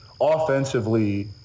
offensively